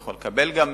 הוא גם יכול לקבל מידע,